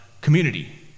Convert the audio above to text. community